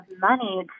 money